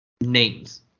names